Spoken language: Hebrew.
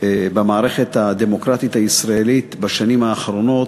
במערכת הדמוקרטית הישראלית בשנים האחרונות,